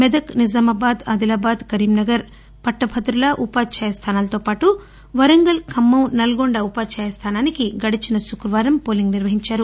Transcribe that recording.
మెదక్ నిజామాబాద్ ఆదిలాబాద్ కరీంనగర్ పట్టభద్రుల ఉపాధ్యాయ స్థానాలతో పాటు వరంగల్ ఖమ్మం నల్గొండ ఉపాధ్యాయ స్థానానికి గడచిన శుక్రవారం పోలింగ్ నిర్వహించారు